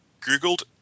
Googled